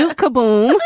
ah kaboom.